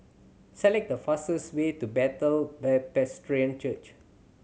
select the fastest way to Bethel Presbyterian Church